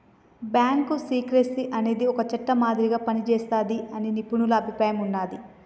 bank secrecy అనేది ఒక చట్టం మాదిరిగా పనిజేస్తాదని నిపుణుల అభిప్రాయం ఉన్నాది